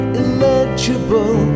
illegible